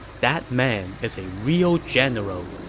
that man is a real general.